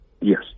Yes